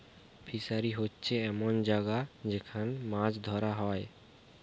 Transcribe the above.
fishery হোচ্ছে এমন জাগা যেখান মাছ ধোরা হয়